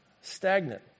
stagnant